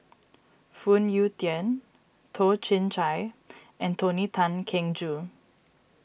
Phoon Yew Tien Toh Chin Chye and Tony Tan Keng Joo